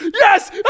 yes